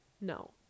no